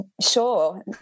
sure